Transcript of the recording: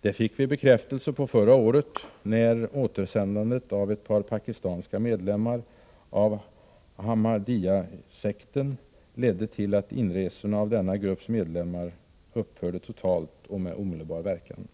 Detta fick vi bekräftelse på förra året, när återsändandet av ett par pakistanska medlemmar av Ahmadiya-sekten ledde till att inresorna av denna grupps medlemmar upphörde totalt och med omedelbar verkan.